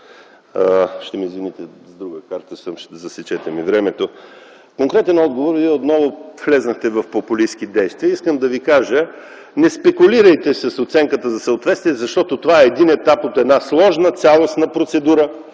конкретен отговор, Вие отново влязохте в популистки приказки. Искам да Ви кажа, не спекулирайте с оценката за съответствие, защото това е един етап от една сложна цялостна процедура,